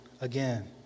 again